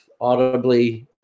audibly